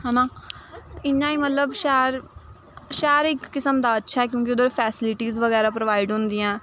है ना इ'यां गै मतलब शैह्र शैह्र इक किसम दा अच्छा ऐ क्योंकि उद्धर फैस्लिटीस बगैरा प्रोवाइड होंदियां ऐ